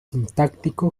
sintáctico